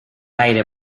aire